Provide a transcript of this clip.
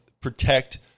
protect